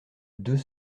deux